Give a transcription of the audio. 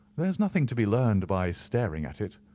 there's nothing to be learned by staring at it.